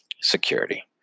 security